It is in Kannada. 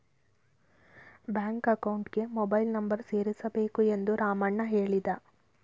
ಬ್ಯಾಂಕ್ ಅಕೌಂಟ್ಗೆ ಮೊಬೈಲ್ ನಂಬರ್ ಸೇರಿಸಬೇಕು ಎಂದು ರಾಮಣ್ಣ ಹೇಳಿದ